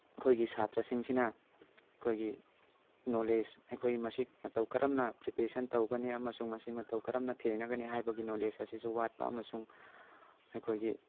ꯑꯩꯈꯣꯏꯒꯤ ꯁꯥꯇ꯭ꯔꯥꯁꯤꯡꯁꯤꯅ ꯑꯩꯈꯣꯏꯒꯤ ꯅꯣꯂꯦꯖ ꯑꯩꯈꯣꯏ ꯃꯁꯤ ꯃꯇꯧ ꯀꯔꯝꯅ ꯄ꯭ꯔꯤꯄꯦꯁꯟ ꯇꯧꯒꯅꯤ ꯑꯃꯁꯨꯡ ꯃꯁꯤ ꯃꯇꯧ ꯀꯔꯝꯅ ꯊꯦꯡꯅꯒꯅꯤ ꯍꯥꯏꯕꯒꯤ ꯅꯣꯂꯦꯖ ꯑꯁꯤꯁꯨ ꯋꯥꯠꯄ ꯑꯃꯁꯨꯡ ꯑꯩꯈꯣꯏꯒꯤ